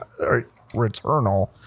returnal